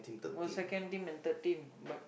was second team and third team but